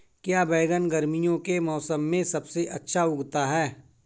क्या बैगन गर्मियों के मौसम में सबसे अच्छा उगता है?